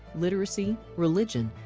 literacy, religion,